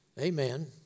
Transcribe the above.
Amen